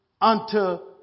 Unto